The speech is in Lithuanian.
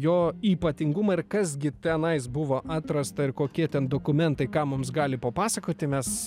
jo ypatingumą ir kas gi tenais buvo atrasta ir kokie ten dokumentai ką mums gali papasakoti mes